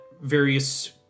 various